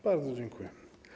Bardzo dziękuję.